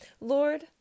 Lord